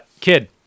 Kid